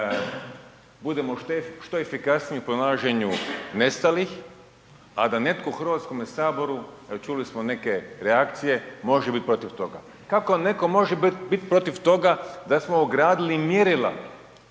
da budemo što efikasniji u pronalaženju nestalih, a da netko u HS-u, čuli smo neke reakcije, može bit protiv toga. Kako netko može biti protiv toga da smo ogradili mjerila